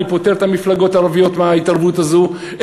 אני פוטר את המפלגות הערביות מההתערבות הזאת,